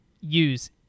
use